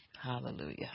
Hallelujah